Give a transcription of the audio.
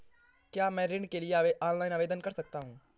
क्या मैं ऋण के लिए ऑनलाइन आवेदन कर सकता हूँ?